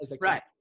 Right